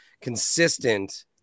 consistent